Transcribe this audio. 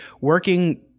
working